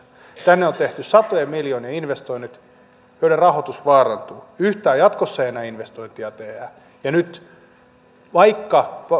tänne on tehty satojen miljoonien investoinnit joiden rahoitus vaarantuu yhtään jatkossa ei enää investointeja tehdä ja vaikka